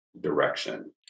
direction